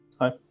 Hi